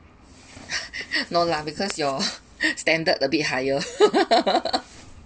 no lah because your standard a bit higher